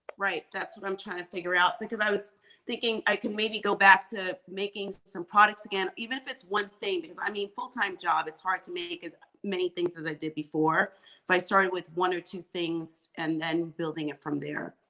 right, that's what i'm trying to figure out. because i was thinking i could maybe go back to making some products again, even if it's one thing, cause, i mean, full time job, it's hard to make as many things as i did before, if i started with one or two things, and then building it from there.